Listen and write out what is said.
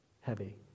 heavy